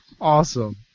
Awesome